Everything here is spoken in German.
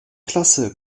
klasse